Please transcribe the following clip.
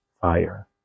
fire